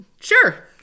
Sure